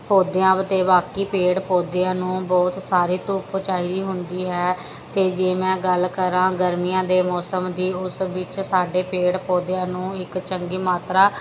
ਪੌਦਿਆਂ ਅਤੇ ਬਾਕੀ ਪੇੜ ਪੌਦਿਆਂ ਨੂੰ ਬਹੁਤ ਸਾਰੀ ਧੁੱਪ ਚਾਹੀਦੀ ਹੁੰਦੀ ਹੈ ਅਤੇ ਜੇ ਮੈਂ ਗੱਲ ਕਰਾਂ ਗਰਮੀਆਂ ਦੇ ਮੌਸਮ ਦੀ ਉਸ ਵਿੱਚ ਸਾਡੇ ਪੇੜ ਪੌਦਿਆਂ ਨੂੰ ਇੱਕ ਚੰਗੀ ਮਾਤਰਾ